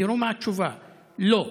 תראו מה התשובה: לא,